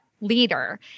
leader